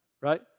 right